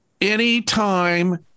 anytime